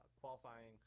qualifying